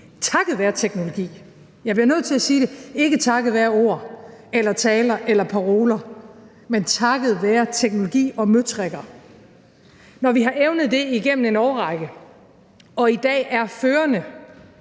takket være teknologi – jeg bliver nødt til at sige det; ikke takket være ord eller taler eller paroler, men takket være teknologi og møtrikker – altså når vi har evnet det igennem en årrække og i dag er førende